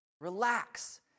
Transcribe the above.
relax